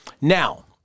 Now